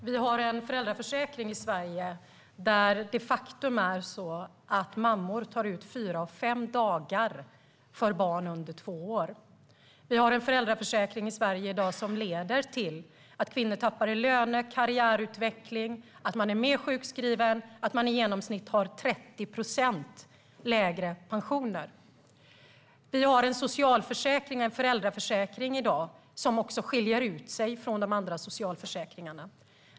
Herr talman! Vi har en föräldraförsäkring i Sverige som de facto innebär att mammor tar ut fyra av fem dagar för barn under två år. Vi har en föräldraförsäkring i Sverige i dag som leder till att kvinnor tappar i löne och karriärutveckling, att man är mer sjukskriven och att man har i genomsnitt 30 procent lägre pension. Vi har en föräldraförsäkring i dag som också skiljer ut sig från de andra socialförsäkringarna.